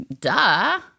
duh